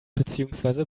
beziehungsweise